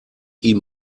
ihm